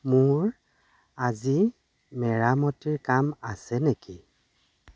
মোৰ আজি মেৰামতিৰ কাম আছে নেকি